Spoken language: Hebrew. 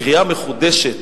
קריאה מחודשת,